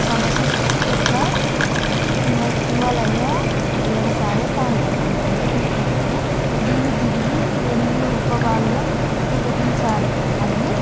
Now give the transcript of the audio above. సమశిష్టత హిమ హిమాలయ వ్యవసాయ ప్రాంతం అంటే ఏమిటంటే దీన్ని తిరిగి రెండు ఉపభాగాలుగా విభజించారు అవి